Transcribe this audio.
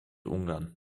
ungarn